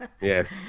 Yes